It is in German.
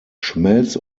schmelz